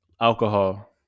Alcohol